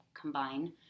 combine